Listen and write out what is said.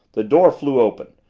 the door flew open,